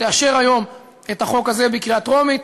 תאשר היום את החוק הזה בקריאה טרומית,